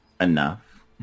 enough